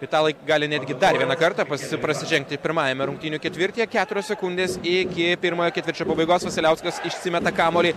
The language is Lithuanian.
italai gali netgi dar vieną kartą pasi prasižengti pirmajame rungtynių ketvirtyje keturios sekundės iki pirmojo ketvirčio pabaigos vasiliauskas išsimeta kamuolį